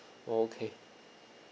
okay